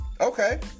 Okay